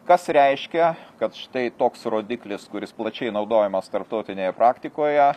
kas reiškia kad štai toks rodiklis kuris plačiai naudojamas tarptautinėje praktikoje